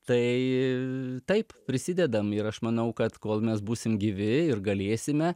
tai taip prisidedam ir aš manau kad kol mes būsim gyvi ir galėsime